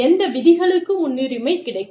எந்த விதிகளுக்கு முன்னுரிமை கிடைக்கும்